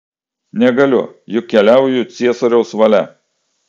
negaliu juk keliauju ciesoriaus valia